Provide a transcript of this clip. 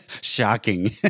shocking